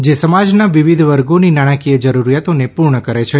જે સમાજના વિવિધ વર્ગોની નાણાકીય જરૂરિયાતોને પૂર્ણ કરે છે